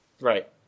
Right